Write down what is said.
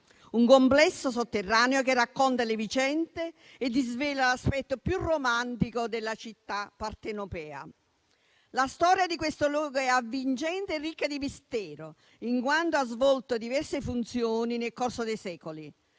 un complesso sotterraneo che racconta le vicende e disvela l'aspetto più romantico della città partenopea. La storia di questo luogo è avvincente e ricca di mistero, in quanto ha svolto diverse funzioni nel corso dei secoli,